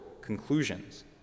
conclusions